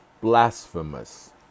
blasphemous